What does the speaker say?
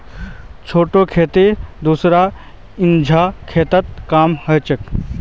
छोटे खेतिहर दूसरा झनार खेतत काम कर छेक